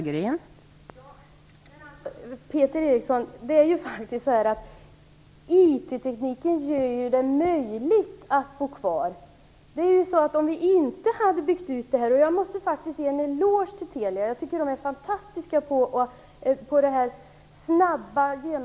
Fru talman! Det är faktiskt så, Peter Eriksson, att informationstekniken gör det möjligt att bo kvar. Jag måste faktiskt ge en eloge till Telia. Jag tycker att de är fantastiska som byggt ut nät så snabbt.